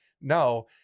no